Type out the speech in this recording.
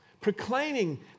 proclaiming